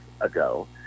ago